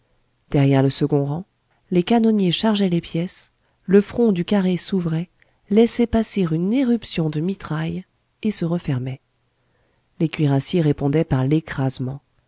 derrière le second rang les canonniers chargeaient les pièces le front du carré s'ouvrait laissait passer une éruption de mitraille et se refermait les cuirassiers répondaient par l'écrasement